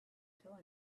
tell